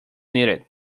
needed